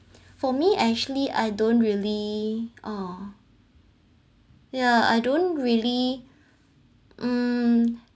for me I actually I don't really oh yeah I don't really um